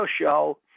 show